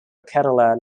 kerala